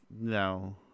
no